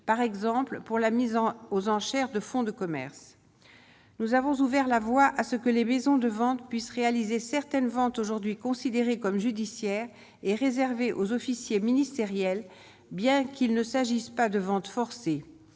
par exemple pour la mise en aux enchères de fonds de commerce, nous avons ouvert la voie à ce que les maisons de vente puisse réaliser certaines ventes aujourd'hui considéré comme judiciaire est réservé aux officiers ministériels, bien qu'il ne s'agissait pas de vente forcée,